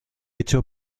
hecho